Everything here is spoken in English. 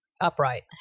upright